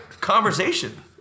conversation